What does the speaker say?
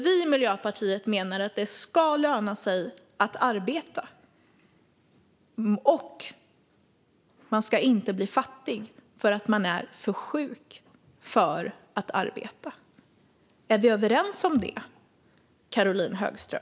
Vi i Miljöpartiet menar att det ska löna sig att arbeta och att man inte ska bli fattig för att man är för sjuk för att arbeta. Är vi överens om det, Caroline Högström?